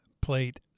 plate